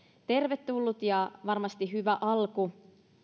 tervetullut ja varmasti hyvä alku